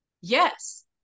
yes